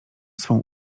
swą